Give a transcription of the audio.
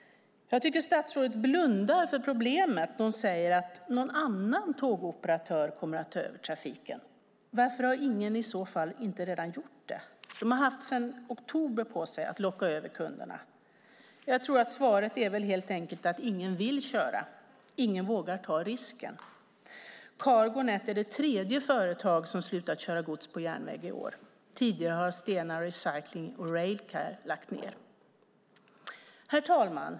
Jag tycker att statsrådet blundar för problemet när hon säger att någon annan tågoperatör kommer att ta över trafiken. Varför har ingen i så fall redan gjort det? De har haft sedan i oktober på sig att locka över kunderna. Jag tror att svaret helt enkelt är att ingen vill köra. Ingen vågar ta risken. Cargo Net är det tredje företaget som har slutat köra gods på järnväg i år. Tidigare har Stena Recycling och Railcare lagt ned. Herr talman!